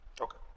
Okay